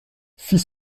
fit